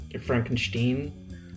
Frankenstein